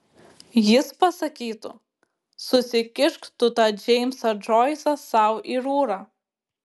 jis pasakytų susikišk tu tą džeimsą džoisą sau į rūrą